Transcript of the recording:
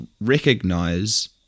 recognize